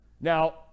Now